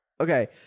okay